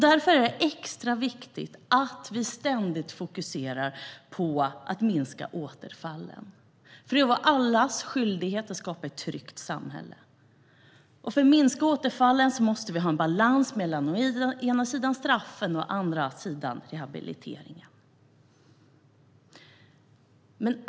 Därför är det extra viktigt att vi ständigt fokuserar på att minska återfallen. Det är nämligen allas vår skyldighet att skapa ett tryggt samhälle. För att minska återfallen måste vi ha en balans mellan å ena sidan straffen och å andra sidan rehabiliteringen.